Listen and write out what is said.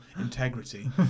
integrity